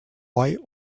white